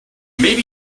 maybe